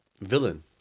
villain